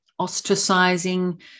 ostracizing